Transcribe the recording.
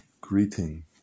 greeting